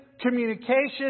communication